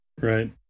Right